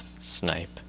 snipe